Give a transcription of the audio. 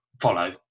follow